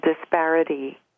disparity